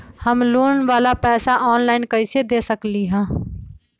हम लोन वाला पैसा ऑनलाइन कईसे दे सकेलि ह?